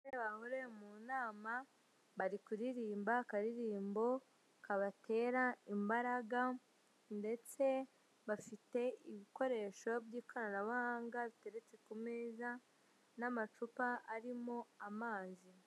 Abagore bahuriye mu nama bari kuririmba akaririmbo kabatera imbaraga ndetse bafite ibikoresho by'ikoranabuhanga biteretse ku meza n'amacupa arimo amazi.